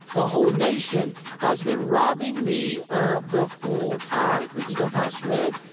the whole nation has been robbing me of the full tithe. but you go, pastor ed,